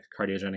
cardiogenic